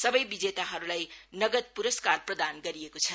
सबै विजेताहरुलाई नगद पुरस्कार प्रदान गरिएको छ